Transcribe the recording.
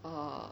err